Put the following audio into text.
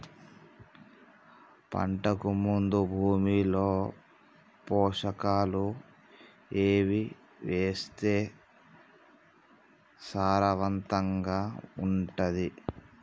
పంటకు ముందు భూమిలో పోషకాలు ఏవి వేస్తే సారవంతంగా ఉంటది?